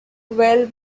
well